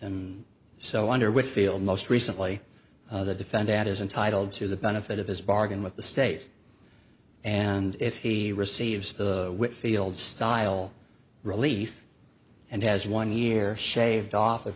and so under which feel most recently the defend that is entitled to the benefit of his bargain with the state and if he receives the whitfield style relief and has one year shaved off of